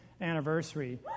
anniversary